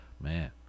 Man